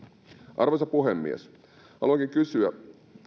arvoisa puhemies haluankin kysyä